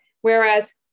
Whereas